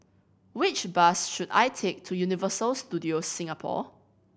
which bus should I take to Universal Studios Singapore